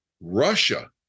Russia